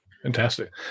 Fantastic